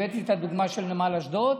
הבאתי את הדוגמה של נמל אשדוד,